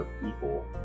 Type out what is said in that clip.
people